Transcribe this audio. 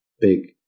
big